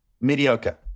mediocre